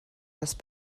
راست